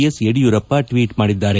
S Yediyurappa ಟ್ಟಿತ್ ಮಾಡಿದ್ದಾರೆ